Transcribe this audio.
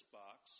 box